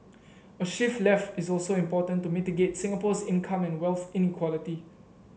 a shift left is also important to mitigate Singapore's income and wealth inequality